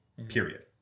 Period